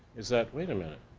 is that, wait a minute,